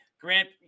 Grant